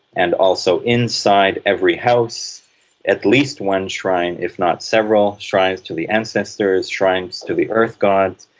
and also inside every house at least one shrine if not several shrines to the ancestors, shrines to the earth gods.